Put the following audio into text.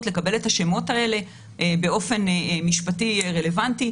לקבל את השמות האלה באופן משפטי רלוונטי,